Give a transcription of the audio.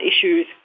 issues